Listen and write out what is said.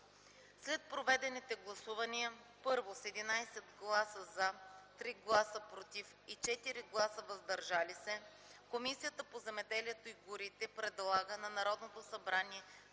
След проведените разисквания: 1. С 11 гласа „за”, 3 гласа „против” и 4 гласа „въздържали се” Комисията по земеделието и горите предлага на Народното събрание